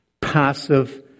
passive